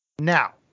Now